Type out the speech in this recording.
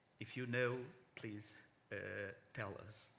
if you know, please ah tell us.